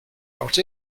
about